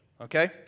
Okay